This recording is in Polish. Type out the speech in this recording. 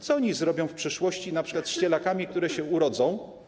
Co oni zrobią w przyszłości np. z cielakami, które się urodzą?